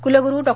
कुलगुरु डॉ